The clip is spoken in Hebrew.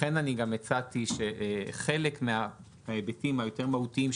לכן הצעתי שחלק מההיבטים היותר מהותיים,